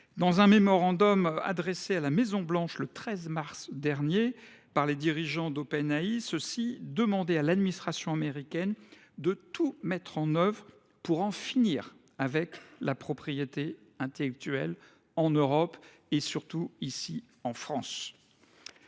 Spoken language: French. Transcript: Dans un mémorandum adressé à la Maison Blanche le 13 mars dernier, les dirigeants d’OpenAI demandaient à l’administration américaine de tout mettre en œuvre pour en finir avec la propriété intellectuelle en Europe, tout particulièrement ici, en France.